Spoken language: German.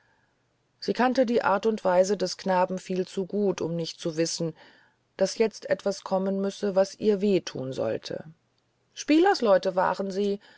sie kannte die art und weise des knaben viel zu gut um nicht zu wissen daß jetzt etwas kommen müsse was ihr wehe thun sollte spielersleute waren sie